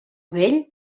vell